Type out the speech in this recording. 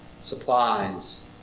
supplies